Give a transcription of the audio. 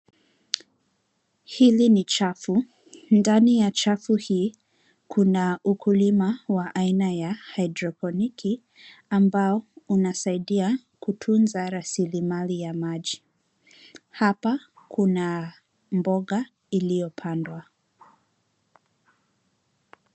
Hili ni chafu. Ndani ya chafu hii kuna ukulima wa aina ya haidroponiki ambao unasaidia kutunza rasilimali ya maji. Hapa kuna mboga iliyopandwa.